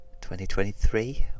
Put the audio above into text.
2023